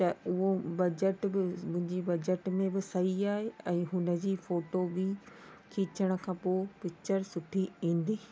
त उहो बजट बि मुंहिंजे बजट में बि सही आहे ऐं हुनजी फोटो बि खीचण खां पोइ पिचर सुठी ईंदी